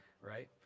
right